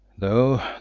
though